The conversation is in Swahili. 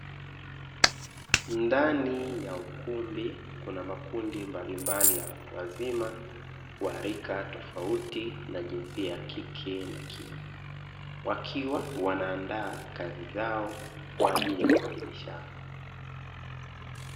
Ndani ya ukumbi kuna makundi mbalimbali ya watu wazima wa rika tofauti na jinsia ya kike na kiume wakiwa wanaandaa kazi zao kwa ajili ya kuelimishana.